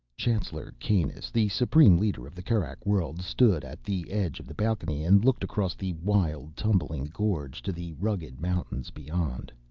chancellor kanus, the supreme leader of the kerak worlds, stood at the edge of the balcony and looked across the wild, tumbling gorge to the rugged mountains beyond.